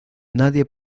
nadie